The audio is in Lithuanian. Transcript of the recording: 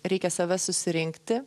reikia save susirinkti